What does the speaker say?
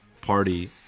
party